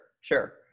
sure